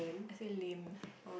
I said lame